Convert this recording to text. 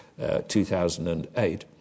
2008